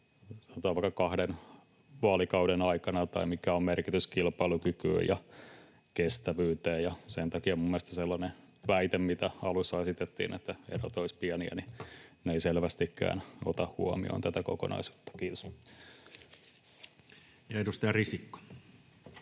vaikka kahden vaalikauden aikana tai mikä on merkitys kilpailukykyyn ja kestävyyteen. Sen takia mielestäni sellainen väite, mitä alussa esitettiin, että erot olisivat pieniä, ei selvästikään ota huomioon tätä kokonaisuutta. — Kiitos. [Speech 212]